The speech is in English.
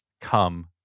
come